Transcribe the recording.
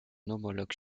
homologue